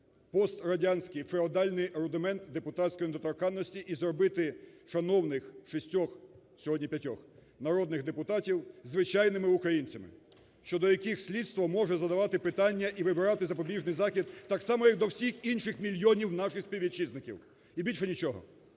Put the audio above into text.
пострадянський феодальний рудимент депутатської недоторканності і зробити шановних шістьох, сьогодні п'ятьох, народних депутатів звичайними українцями, щодо яких слідство може задавати питання і вибирати запобіжний захід так само, як і до всіх інших мільйонів наших співвітчизників. І більше нічого!